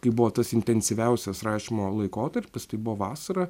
kai buvo tas intensyviausias rašymo laikotarpis tai buvo vasara